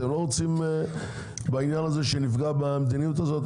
אתם לא רוצים בעניין הזה שנפגע במדיניות הזאת?